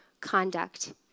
conduct